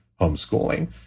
homeschooling